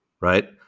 right